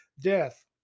death